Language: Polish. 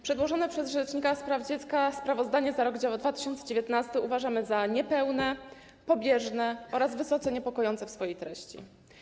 Przedłożone przez rzecznika praw dziecka sprawozdanie za rok 2019 uważamy za niepełne, pobieżne oraz wysoce niepokojące w swojej treści.